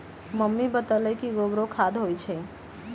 mummy बतअलई कि गोबरो खाद होई छई